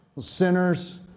sinners